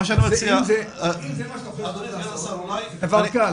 מה שמציע --- זה דבר קל,